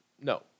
No